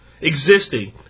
Existing